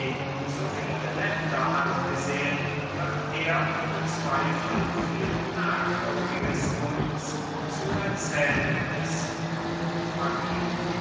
so viele länder hat gesehen wird er ohne zweifel viel merkwürdiges uns zu erzählen wissen